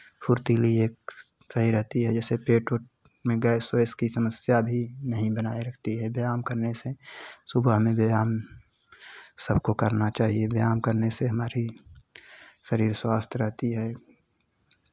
फुर्तीली एक सही रहती है जैसे पेट उट में गैस वैस की समस्या भी नहीं बनाए रखती है व्यायाम करने से सुबह में व्यायाम सबको करना चाहिए व्यायाम करने से हमारी शरीर स्वस्थ रहती है